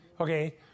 Okay